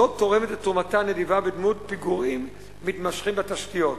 זו תורמת את תרומתה הנדיבה בדמות פיגורים מתמשכים בתשתיות.